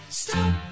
stop